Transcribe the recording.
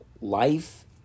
Life